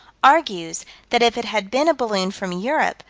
argues that if it had been a balloon from europe,